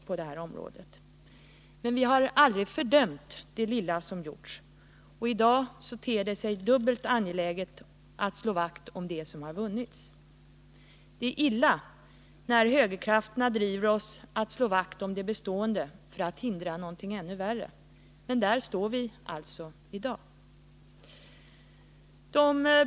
Vi har dock aldrig fördömt det lilla som har gjorts, och i dag ter det sig dubbelt så angeläget att slå vakt om det som har vunnits. Det är illa när högerkrafterna driver oss att slå vakt om det bestående för att undvika något ännu värre, men där står vi alltså i dag.